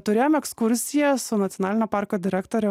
turėjom ekskursiją su nacionalinio parko direktore